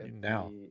now